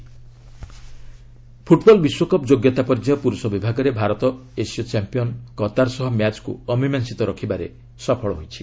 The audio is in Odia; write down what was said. ଡବ୍ୟୁସି ଫୁଟ୍ବଲ୍ ଫୁଟ୍ବଲ୍ ବିଶ୍ୱକପ୍ ଯୋଗ୍ୟତା ପର୍ଯ୍ୟାୟ ପୁରୁଷ ବିଭାଗରେ ଭାରତ ଏସୀୟ ଚାମ୍ପିୟନ୍ କତାର୍ ସହ ମ୍ୟାଚ୍କୁ ଅମୀମାଂଶିତ ରଖିବାରେ ସଫଳ ହୋଇଛି